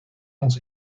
ons